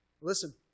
Listen